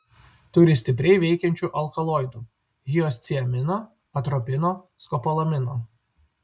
turi stipriai veikiančių alkaloidų hiosciamino atropino skopolamino